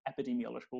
epidemiological